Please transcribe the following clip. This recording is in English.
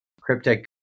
cryptic